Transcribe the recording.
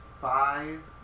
five